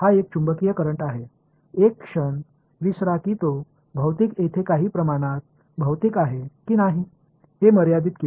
இது ஒரு காந்த மின்னோட்டமாகும் இது பிஸிக்கலா இல்லையா என்பதை ஒரு கணம் மறந்துவிடுங்கள்